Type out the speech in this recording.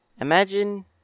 imagine